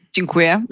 Dziękuję